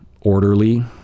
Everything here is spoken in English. orderly